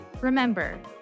Remember